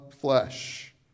flesh